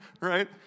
Right